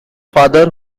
father